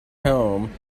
home